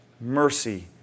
Mercy